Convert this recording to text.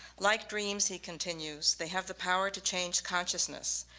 like dreams, he continues, they have the power to change consciousness,